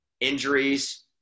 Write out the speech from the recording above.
Injuries